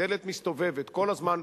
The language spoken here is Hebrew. דלת מסתובבת כל הזמן.